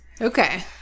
Okay